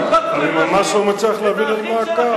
אני ממש לא מצליח להבין על מה הכעס.